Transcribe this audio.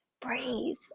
breathe